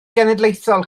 genedlaethol